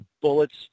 bullets